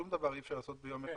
שום דבר אי-אפשר לעשות ביום אחד,